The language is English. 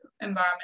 environment